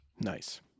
Nice